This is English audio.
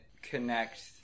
connect